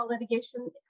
litigation